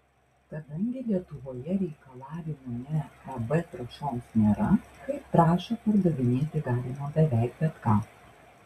kadangi lietuvoje reikalavimų ne eb trąšoms nėra kaip trąšą pardavinėti galima beveik bet ką